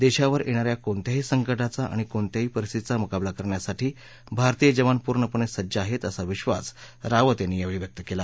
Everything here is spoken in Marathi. दक्षिवर याती या कोणत्याही संकटाचा आणि कोणत्याही परिस्थितीची मुकाबला करण्यासाठी भारतीय जवान पूर्णपणसिज्ज आहत्तअसा विश्वास रावत यांनी यावछी व्यक्त कला